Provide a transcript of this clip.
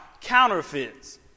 counterfeits